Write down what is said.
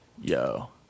yo